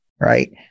right